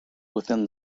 within